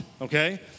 okay